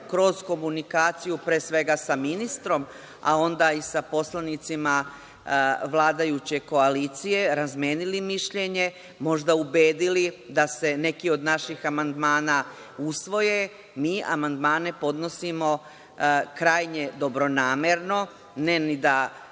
kroz komunikaciju pre svega sa ministrom a onda i sa poslanicima vladajuće koalicije razmenili mišljenje, možda ubedili da se neki od naših amandmana usvoje. Mi amandmane podnosimo krajnje dobronamerno, ne ni da